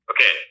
Okay